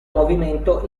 movimento